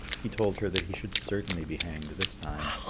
he told her that he should certainly be hanged this time,